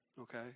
okay